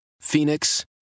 Phoenix